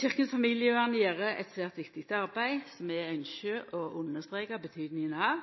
Kirkens Familievern gjer eit svært viktig arbeid, som